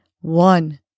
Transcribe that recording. One